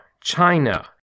China